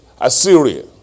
Assyria